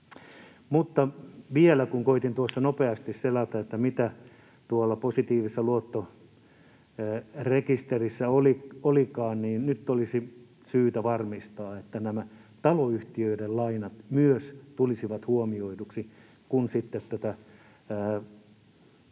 Vielä koetin tuossa nopeasti selata, mitä tuolla positiivisessa luottorekisterissä olikaan, ja nyt olisi syytä varmistaa, että taloyhtiöiden lainat myös tulisivat huomioiduksi, kun sitten tätä